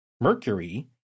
Mercury